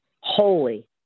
holy